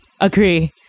agree